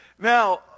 now